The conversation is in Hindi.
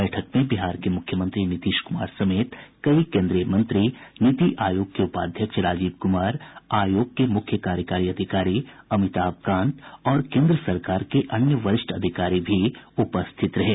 बैठक में बिहार के मुख्यमंत्री नीतीश कुमार समेत कई केंद्रीय मंत्री नीति आयोग के उपाध्यक्ष राजीव कुमार आयोग के मुख्य कार्यकारी अधिकारी अमिताभ कांत और केंद्र सरकार के अन्य वरिष्ठ अधिकारी भी उपस्थित थे